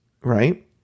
Right